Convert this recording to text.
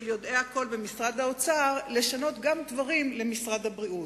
של יודעי הכול במשרד האוצר לשנות דברים למשרד הבריאות.